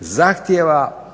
zahtjeva